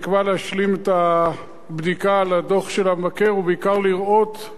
ובעיקר לראות מה התיקונים לליקויים הגדולים שהופיעו.